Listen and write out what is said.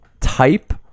type